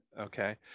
Okay